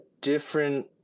different